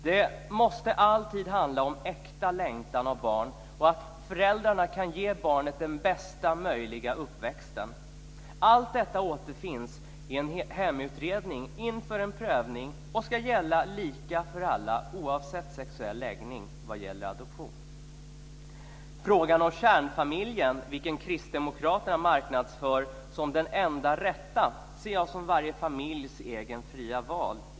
Det måste alltid handla om äkta längtan efter barn och att föräldrarna kan ge barnet den bästa möjliga uppväxten. Allt detta återfinns i en hemutredning inför en prövning av adoption och ska gälla lika för alla oavsett sexuell läggning. Frågan om kärnfamiljen, vilken kristdemokraterna marknadsför som den enda rätta, ser jag som varje familjs eget fria val.